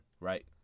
right